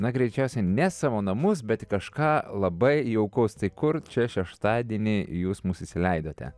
na greičiausiai ne į savo namus bet kažką labai jaukaus tai kur čia šeštadienį jūs mus įsileidote